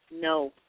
No